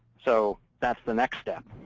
so that's the next step.